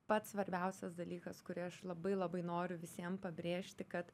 pats svarbiausias dalykas kurį aš labai labai noriu visiem pabrėžti kad